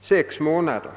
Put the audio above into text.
sex månader.